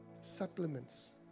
Supplements